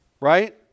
right